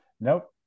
nope